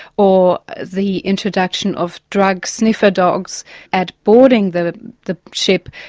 or the introduction of drug sniffer dogs at boarding the the ship,